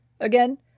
again